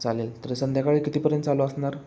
चालेल तर संध्याकाळी कितीपर्यंत चालू असणार